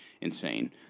insane